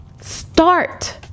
Start